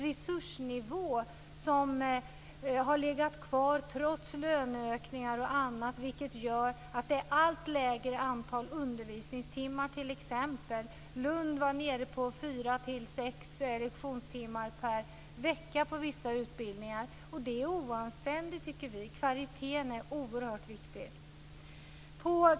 Resursnivån har legat kvar trots löneökningar och annat, vilket gör att det är ett allt lägre antal undervisningstimmar. I Lund var man t.ex. nere på 4-6 lektionstimmar per vecka på vissa utbildningar. Och det är oanständigt, tycker vi. Kvaliteten är oerhört viktig.